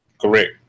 Correct